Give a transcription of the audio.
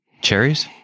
cherries